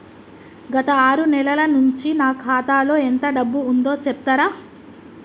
గత ఆరు నెలల నుంచి నా ఖాతా లో ఎంత డబ్బు ఉందో చెప్తరా?